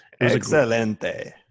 Excelente